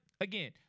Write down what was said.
again